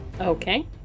Okay